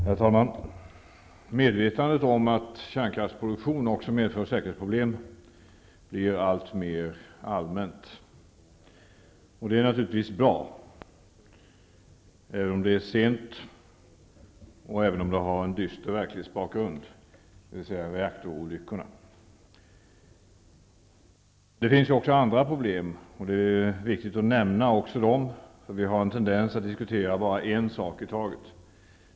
Herr talman! Medvetandet om att kärnkraftsproduktion också medför säkerhetsproblem blir alltmer allmänt. Det är naturligtvis bra, även om det har kommit sent och har en dyster verklighetsbakgrund, dvs. Det finns ju också andra problem. Det är viktigt att också nämna dem. Vi har en tendens att bara diskutera en sak i taget.